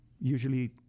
usually